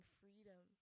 freedom